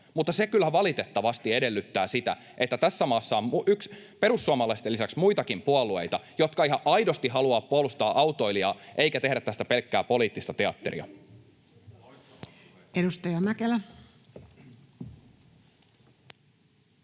mutta se kyllä valitettavasti edellyttää sitä, että tässä maassa on perussuomalaisten lisäksi muitakin puolueita, jotka ihan aidosti haluavat puolustaa autoilijaa eivätkä tehdä tästä pelkkää poliittista teatteria. [Speech